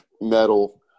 metal